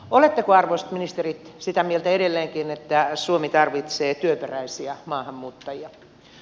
oletteko arvoisat ministerit sitä mieltä edelleenkin että suomi tarvitsee työperäisiä maahanmuuttajia